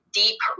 deep